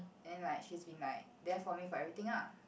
then like she's been like there for me for everything lah